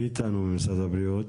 מי נמצא איתנו ממשרד הבריאות?